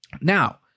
Now